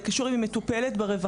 זה קשור לשאלה אם היא מטופלת ברווחה,